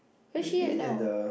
where she at now